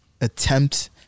attempt